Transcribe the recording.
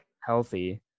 healthy